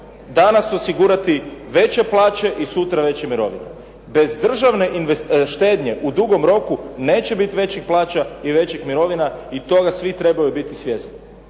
danas osigurati veće plaće i sutra veće mirovine. Bez državne štednje u dugom roku neće biti većih plaća i većih mirovina i toga svi trebaju biti svjesni.